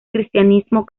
cristianismo